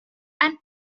and